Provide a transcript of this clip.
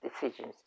decisions